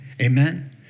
Amen